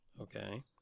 Okay